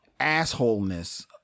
assholeness